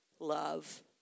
Love